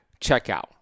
checkout